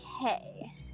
Okay